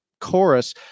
chorus